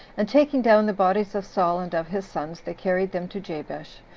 and taking down the bodies of saul and of his sons, they carried them to jabesh,